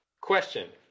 Question